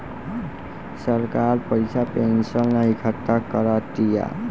सरकार पइसा पेंशन ला इकट्ठा करा तिया